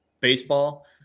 baseball